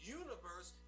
universe